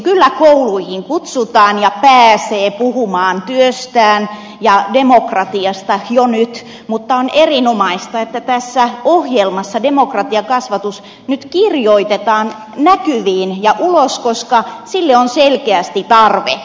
kyllä kouluihin kutsutaan ja pääsee puhumaan työstään ja demokratiasta jo nyt mutta on erinomaista että tässä ohjelmassa demokratiakasvatus nyt kirjoitetaan näkyviin ja ulos koska sille on selkeästi tarve